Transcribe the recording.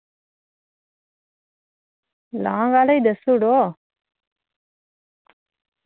long आह्ले ही दस्सूड़ो